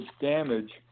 damage